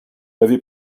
l’avez